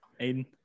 Aiden